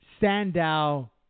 sandow